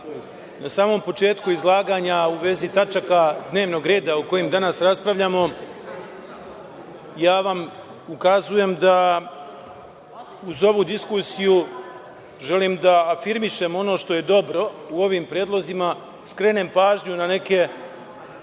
na samom početku izlaganja, u vezi tačaka dnevnog reda o kojima danas raspravljamo, ja vam ukazujem da uz ovu diskusiju želim da afirmišem ono što je dobro u ovim predlozima, skrenem pažnju na neke